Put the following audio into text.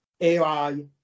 AI